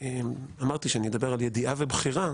אמרתי שאני אדבר על ידיעה ובחירה